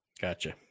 Gotcha